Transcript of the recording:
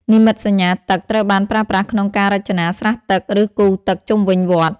និមិត្តសញ្ញាទឹក ត្រូវបានប្រើប្រាស់ក្នុងការរចនាស្រះទឹកឬគូទឹកជុំវិញវត្ត។